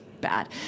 bad